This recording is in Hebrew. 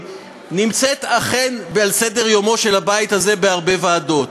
נמצא אכן על סדר-יומו של הבית הזה בהרבה ועדות.